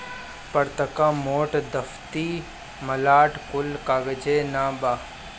पतर्का, मोट, दफ्ती, मलाट कुल कागजे नअ बाअ